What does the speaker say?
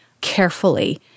carefully